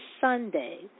Sunday